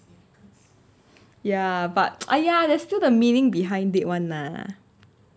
ya but !aiya! there's still the meaning behind date [one] lah